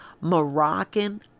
Moroccan